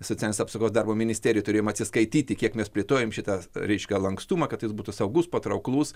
socialinės apsaugos darbo ministerijai turėjome atsiskaityti kiek mes plėtojom šitą reiškia lankstumą kad jis būtų saugus patrauklus